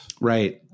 Right